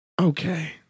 okay